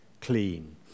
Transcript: clean